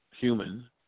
human